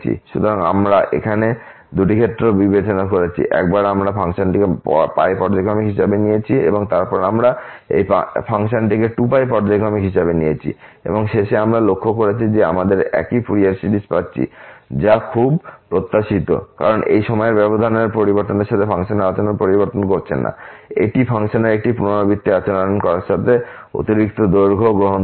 সুতরাং আমরা এখানে দুটি ক্ষেত্রে বিবেচনা করেছি একবার আমরা ফাংশনটিকে পর্যায়ক্রমিক হিসাবে নিয়েছি এবং তারপর আমরা এই ফাংশনটিকে 2π পর্যায়ক্রমিক হিসাবে নিয়েছি এবং শেষে আমরা লক্ষ্য করেছি যে আমরা একই ফুরিয়ার সিরিজ পাচ্ছি যা খুব প্রত্যাশিত কারণ এই সময়ের মধ্যে পরিবর্তন ফাংশনের আচরণ পরিবর্তন করছে না এটি ফাংশনের এই পুনরাবৃত্তি আচরণ করার সাথে অতিরিক্ত দৈর্ঘ্য গ্রহণ করছে